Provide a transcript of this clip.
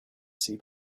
see